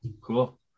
Cool